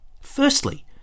Firstly